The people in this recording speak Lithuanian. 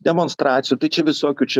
demonstracijų tai čia visokių čia